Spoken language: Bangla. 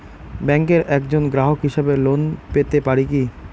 ব্যাংকের একজন গ্রাহক হিসাবে লোন পেতে পারি কি?